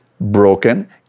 broken